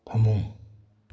ꯐꯃꯨꯡ